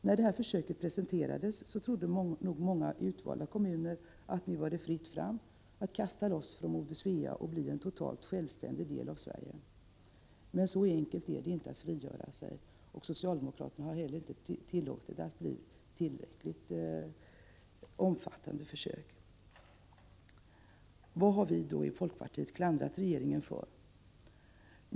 När det här försöket presenterades trodde nog många utvalda kommuner att det skulle vara fritt fram att kasta loss från moder Svea och bli en totalt självständig del av Sverige. Men så enkelt är det inte att frigöra sig, och socialdemokraterna har heller inte tillåtit försöksverksamheten att bli tillräckligt omfattande. Vad har då vi i folkpartiet klandrat regeringen för?